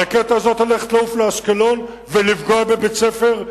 הרקטה הזו עומדת לעוף לאשקלון ולפגוע בבית-ספר,